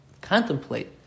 contemplate